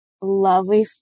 lovely